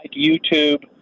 YouTube